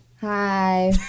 Hi